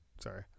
Sorry